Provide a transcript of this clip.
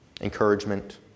encouragement